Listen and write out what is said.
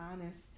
honest